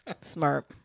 Smart